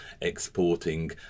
exporting